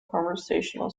conversational